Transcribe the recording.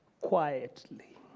quietly